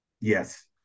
yes